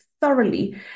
thoroughly